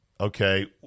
Okay